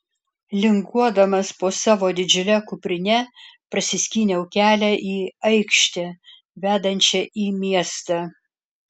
linguodamas po savo didžiule kuprine prasiskyniau kelią į aikštę vedančią į miestą